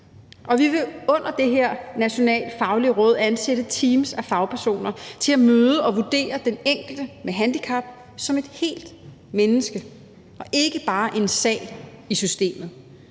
vi vil under det her nationale faglige råd ansætte teams af fagpersoner til at møde og vurdere den enkelte med handicap som et helt menneske og ikke bare en sag i systemet